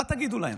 מה תגידו להם?